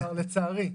לצערי.